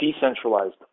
decentralized